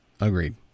Agreed